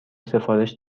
سفارش